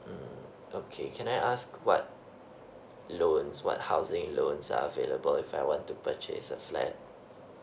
mm okay can I ask what loans what housing loans are available if I want to purchase a flat